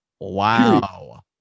Wow